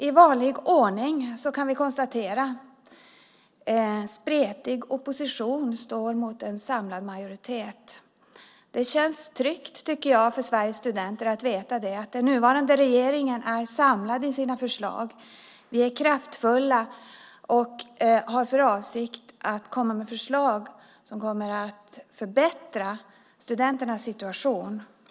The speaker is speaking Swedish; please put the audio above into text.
I vanlig ordning kan vi konstatera att en spretig opposition står mot en samlad majoritet. Det bör kännas tryggt för Sveriges studenter att veta att den nuvarande regeringen är samlad i sina förslag. Vi är kraftfulla och har för avsikt att komma med förslag som förbättrar studenternas situation.